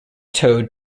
towed